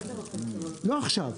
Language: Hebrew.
לא עכשיו.